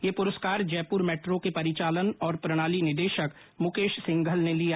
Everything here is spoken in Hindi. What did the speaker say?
यह पुरस्कार जयपुर मेट्रो के परिचालन और प्रणाली निदेशक मुकेश सिंघल ने लिया